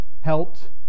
helped